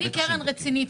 אני קרן רצינית,